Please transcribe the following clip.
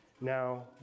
now